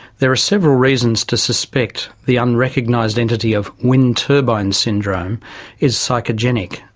there are several reasons to suspect the unrecognised entity of wind turbine syndrome is psychogenic,